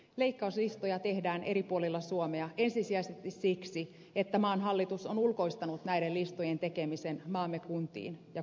leikkauslistoja tehdään eri puolilla suomea ensisijaisesti siksi että maan hallitus on ulkoistanut näiden listojen tekemisen maamme kuntiin ja kunnanvaltuustoihin